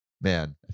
Man